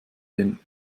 den